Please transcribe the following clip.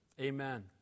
amen